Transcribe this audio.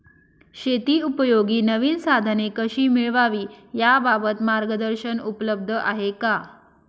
शेतीउपयोगी नवीन साधने कशी मिळवावी याबाबत मार्गदर्शन उपलब्ध आहे का?